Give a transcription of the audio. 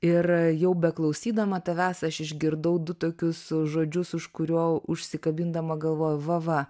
ir jau beklausydama tavęs aš išgirdau du tokius žodžius už kurio užsikabindama galvojau va va